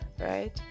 right